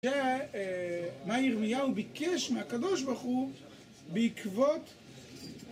זה מה ירמיהו ביקש מהקדוש ברוך הוא בעקבות...